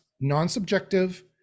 non-subjective